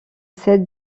celle